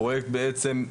הפרויקט בעצם,